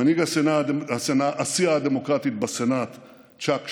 מנהיג הסיעה הדמוקרטית בסנאט צ'אק שומר,